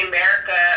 America